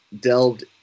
delved